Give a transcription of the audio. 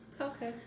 Okay